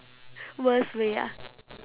worst way ah